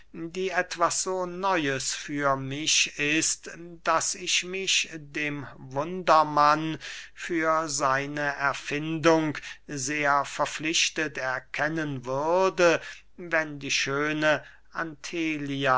die etwas so neues für mich ist daß ich mich dem wundermann für seine erfindung sehr verpflichtet erkennen würde wenn die schöne